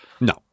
No